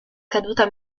caduta